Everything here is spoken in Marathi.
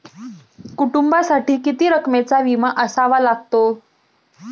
कुटुंबासाठी किती रकमेचा विमा असावा लागतो?